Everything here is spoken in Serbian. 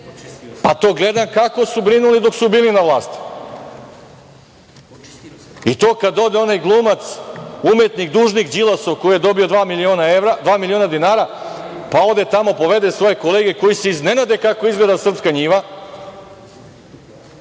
To gledam kako su brinuli dok su bili na vlasti. To kada ode onaj glumac, umetnik, dužnik Đilasov, koji je dobio dva miliona dinara, ode tamo, povede svoje kolege koji se iznenade kako izgleda srpska njiva,